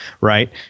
right